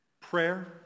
prayer